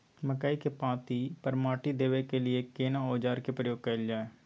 मकई के पाँति पर माटी देबै के लिए केना औजार के प्रयोग कैल जाय?